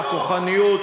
הכוחניות,